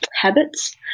habits